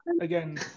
again